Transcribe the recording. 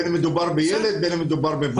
בין אם מדובר בילד או בין אם מדובר במבוגר.